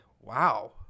wow